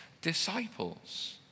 disciples